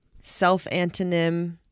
self-antonym